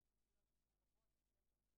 כמובן בכפוף לדברים